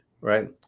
right